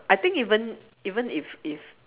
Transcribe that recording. I think even even if if